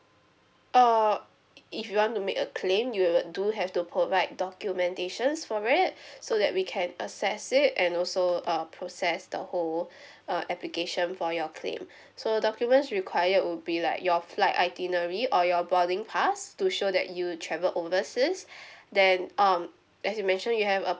err i~ if you want to make a claim you'll do have to provide documentations for it so that we can assess it and also uh process the whole uh application for your claim so documents required will be like your flight itinerary or your boarding pass to show that you've travelled overseas then um as you mentioned you have a